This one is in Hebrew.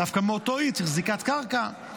דווקא מאותו עיר, צריך זיקת קרקע.